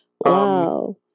Wow